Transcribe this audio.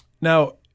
now